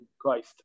Christ